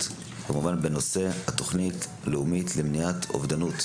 בנושא: התוכנית הלאומית למניעת אובדנות.